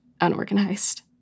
unorganized